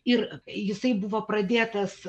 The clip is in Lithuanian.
ir jisai buvo pradėtas